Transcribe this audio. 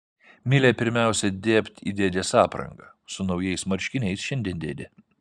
milė pirmiausia dėbt į dėdės aprangą su naujais marškiniais šiandien dėdė